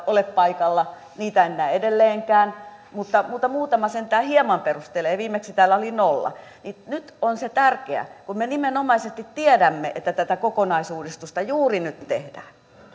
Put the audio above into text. ole paikalla heitä en näe edelleenkään mutta muutama sentään hieman perustelee viimeksi täällä oli nolla nyt on tärkeää kun me nimenomaisesti tiedämme että tätä kokonaisuudistusta juuri nyt tehdään